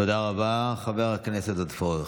תודה רבה, חבר הכנסת עודד פורר.